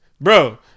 Bro